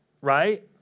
Right